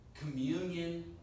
communion